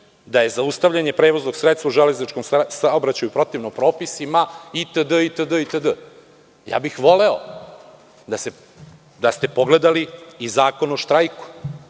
da je zaustavljanje prevoznog sredstva u železničkom saobraćaju protivno propisima itd, itd. Ja bih voleo da ste pogledali i Zakon o štrajku,